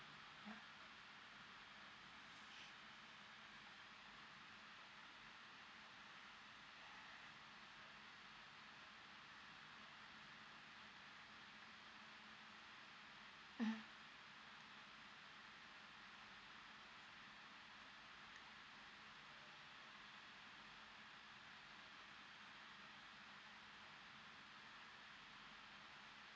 mm